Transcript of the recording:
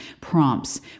prompts